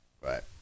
right